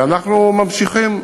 ואנחנו ממשיכים,